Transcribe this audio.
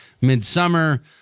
midsummer